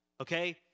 okay